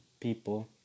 people